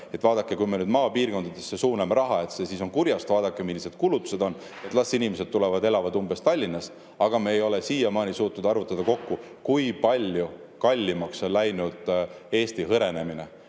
vaadake, kui me nüüd maapiirkondadesse suuname raha, siis see on kurjast. Vaadake, millised kulutused on, las inimesed tulevad ja elavad näiteks Tallinnas. Aga me ei ole siiamaani suutnud kokku arvutada, kui palju kallimaks on Eestis läinud hõrenemine.